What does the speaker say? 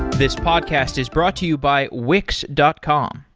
this podcast is brought to you by wix dot com.